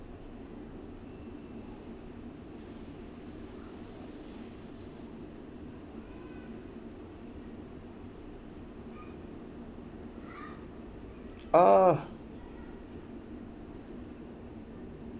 !aww!